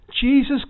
Jesus